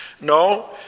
No